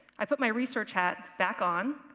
i put my research hat back on,